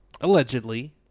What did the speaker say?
allegedly